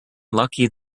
lucky